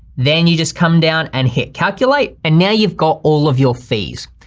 then you just come down and hit calculate, and now you've got all of your fees.